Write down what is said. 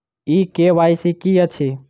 ई KYC की अछि?